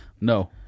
No